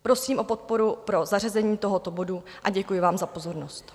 Prosím o podporu pro zařazení tohoto bodu a děkuji vám za pozornost.